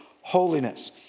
holiness